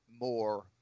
more